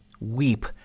weep